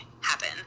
happen